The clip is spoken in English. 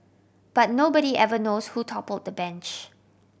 but nobody ever knows who toppled the bench